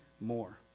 more